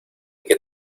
que